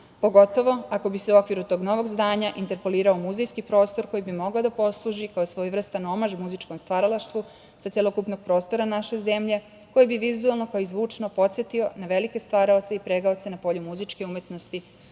pogotovo ako bi se u okviru tog novog zdanja interpolirao muzejski prostor koji bi mogao da posluži kao svojevrstan omaž muzičkom stvaralaštvu sa celokupnog prostora naše zemlje koji bi vizuelno, kao i zvučno podsetio na velike stvaraoce i pregaoce na polju muzičke umetnosti